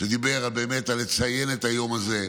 שדיבר באמת על לציין את היום הזה,